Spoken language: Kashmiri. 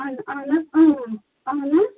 اَ اَہَن حظ آہنہٕ